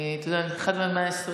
את יודעת, אני אחת מה-120.